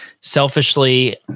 selfishly